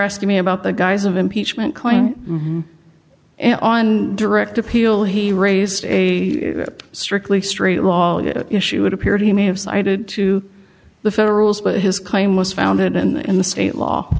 asking me about the guise of impeachment coin and on direct appeal he raised a strictly straight law issue it appeared he may have cited to the federals but his claim was founded and the state law